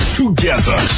together